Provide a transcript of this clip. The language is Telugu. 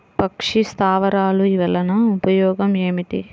పక్షి స్థావరాలు వలన ఉపయోగం ఏమిటి?